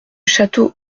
château